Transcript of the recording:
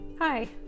Hi